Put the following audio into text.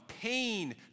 pain